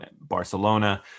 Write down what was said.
Barcelona